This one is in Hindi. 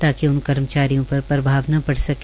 ताकि उन कर्मचारियों पर प्रभाव न पड सके